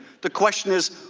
the question is,